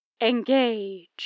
Engage